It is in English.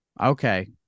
Okay